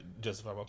justify